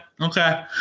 Okay